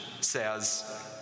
says